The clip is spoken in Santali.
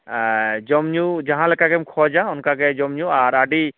ᱡᱚᱢ ᱧᱩ ᱡᱟᱦᱟᱸ ᱞᱮᱠᱟᱜᱮᱢ ᱠᱷᱚᱡᱟ ᱚᱱᱠᱟ ᱜᱮ ᱡᱚᱢ ᱧᱩ ᱟᱨ ᱟᱹᱰᱤ